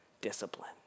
discipline